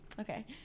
Okay